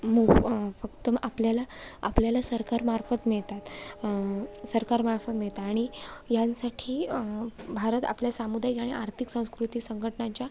मु फक्त आपल्याला आपल्याला सरकारमार्फत मिळतात सरकारमार्फत मिळता आणि ह्यांसाठी भारत आपल्या सामुदायिक आणि आर्थिक संस्कृती संघटनांच्या